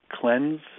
cleanse